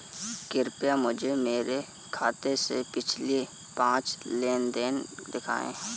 कृपया मुझे मेरे खाते से पिछले पाँच लेन देन दिखाएं